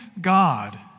God